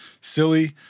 silly